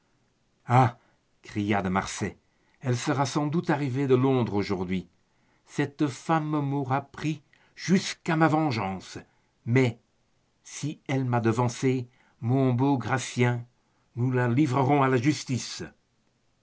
cria de marsay elle sera sans doute arrivée de londres aujourd'hui cette femme m'aura pris jusqu'à ma vengeance mais si elle m'a devancé mon bon gratien nous la livrerons à la justice